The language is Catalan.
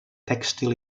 tèxtil